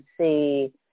see